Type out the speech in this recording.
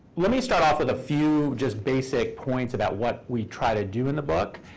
let me start off with a few just basic points about what we try to do in the book.